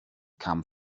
come